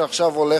שעכשיו הולך,